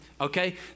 Okay